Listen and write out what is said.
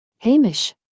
Hamish